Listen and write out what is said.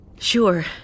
Sure